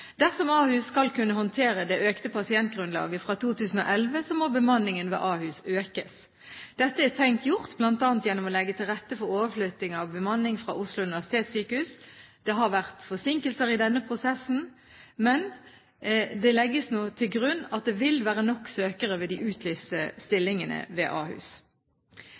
Dersom Ahus skal kunne håndtere det økte pasientgrunnlaget fra 2011, må bemanningen ved Ahus økes. Dette er tenkt gjort bl.a. gjennom å legge til rette for overflytting av bemanning fra Oslo universitetssykehus. Det har vært forsinkelser i denne prosessen, men det legges nå til grunn at det vil være nok søkere ved de utlyste stillingene ved Ahus.